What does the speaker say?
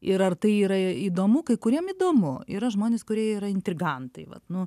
ir ar tai yra įdomu kai kuriem įdomu yra žmonės kurie yra intrigantai vat nu